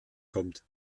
kommt